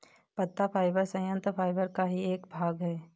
पत्ता फाइबर संयंत्र फाइबर का ही एक भाग है